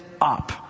up